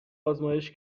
آزمایش